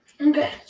Okay